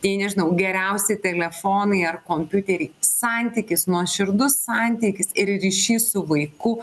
tai nežinau geriausi telefonai ar kompiuteriai santykis nuoširdus santykis ir ryšys su vaiku